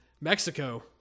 Mexico